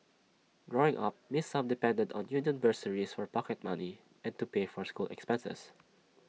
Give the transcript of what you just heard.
growing up miss sum depended on union bursaries for pocket money and to pay for school expenses